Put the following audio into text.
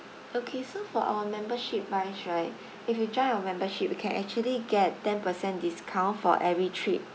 okay so for our membership wise right if you join our membership you can actually get ten percent discount for every trip